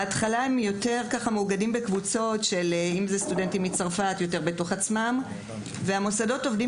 בהתחלה הם מאוגדים בקבוצות בתוך עצמם והמוסדות עובדים